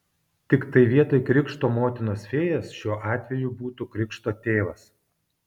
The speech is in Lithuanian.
tiktai vietoj krikšto motinos fėjos šiuo atveju būtų krikšto tėvas